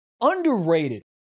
underrated